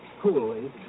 coolly